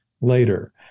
later